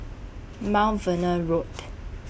Mount Vernon Road